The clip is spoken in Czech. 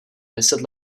deset